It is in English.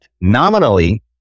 Nominally